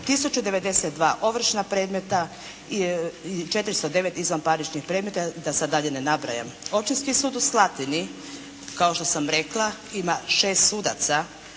1092 ovršna predmeta, 409 izvanparničnih predmeta i da sada dalje ne nabrajam. Općinski sud u Slatini, kao što sam rekla, ima 6 sudaca,